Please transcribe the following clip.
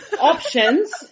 options